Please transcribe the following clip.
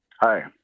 hi